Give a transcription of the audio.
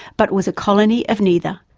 but was a colony of neither.